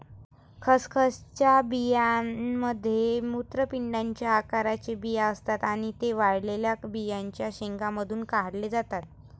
खसखसच्या बियांमध्ये मूत्रपिंडाच्या आकाराचे बिया असतात आणि ते वाळलेल्या बियांच्या शेंगांमधून काढले जातात